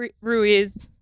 Ruiz